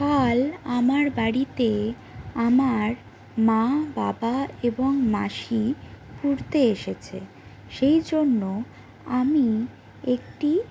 কাল আমার বাড়িতে আমার মা বাবা এবং মাসি ঘুরতে এসেছে সেই জন্য আমি একটি